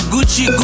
Gucci